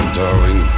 darling